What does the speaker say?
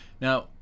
Now